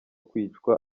kwicwa